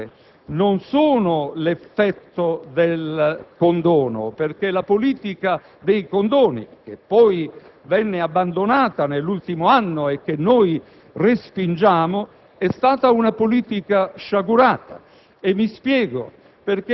che le maggiori entrate non sono l'effetto del condono: la politica dei condoni, poi abbandonata nell'ultimo anno e che noi respingiamo, è stata sciagurata.